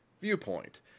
viewpoint